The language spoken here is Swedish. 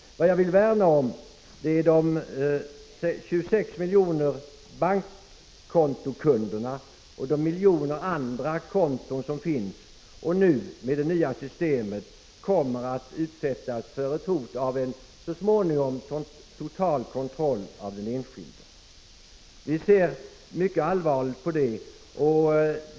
Vad jag vill värna om är innehavarna av de 26 milj. bankkontona och de miljoner andra konton som finns och som med det nya sytemet kommer att utsättas för hot om något, som så småningom kan bli total kontroll av den enskilde. Vi ser mycket allvarligt på detta.